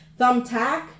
thumbtack